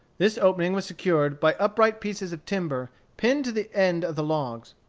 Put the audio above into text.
this opening was secured by upright pieces of timber pinned to the end of the logs.